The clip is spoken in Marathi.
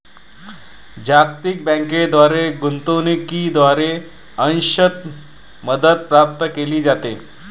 जागतिक बँकेद्वारे गुंतवणूकीद्वारे अंशतः मदत प्राप्त केली जाते